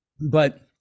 But-